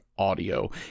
audio